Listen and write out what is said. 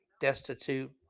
Destitute